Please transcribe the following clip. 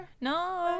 No